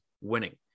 winning